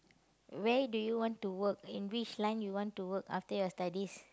where do you want to work and which line do you want to work after your studies